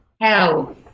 hell